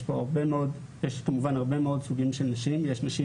יש כמובן הרבה מאוד סוגים של נשים יש נשים